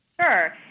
Sure